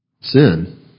sin